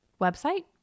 website